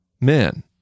men